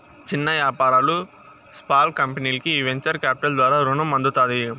చిన్న యాపారాలు, స్పాల్ కంపెనీల్కి ఈ వెంచర్ కాపిటల్ ద్వారా రునం అందుతాది